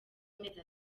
amezi